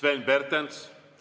Sven Pertensit,